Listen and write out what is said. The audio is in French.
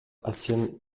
affirme